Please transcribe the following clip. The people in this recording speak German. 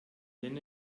denn